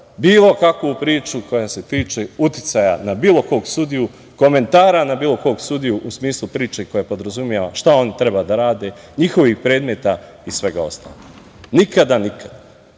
bilo kakvu priču koja se tiče uticaja na bilo kog sudiju, komentara na bilo kog sudiju u smislu priče koja podrazumeva šta oni treba da rade, njihovih predmeta i svega ostalog. Nikada, nikada.